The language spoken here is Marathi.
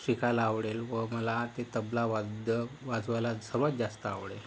शिकायला आवडेल व मला ते तबला वाद्य वाजवायला सर्वात जास्त आवडेल